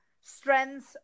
strengths